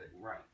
Right